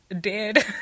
dead